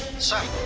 sir.